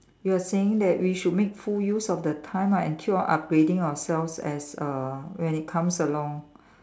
you are saying that we should make full use of the time ah and keep on upgrading ourselves as uh when it comes along